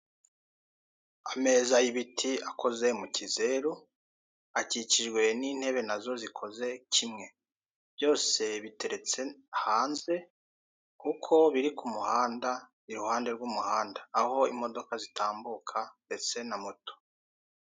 Ameza y'ibiti akoze mu kizeru, akikijwe n'intebe na zo zikoze kimwe, byose biteretse hanze kuko biri ku muhanda iruhande rw'umuhanda, aho imodoka zitambuka ndetse na moto.